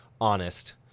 honest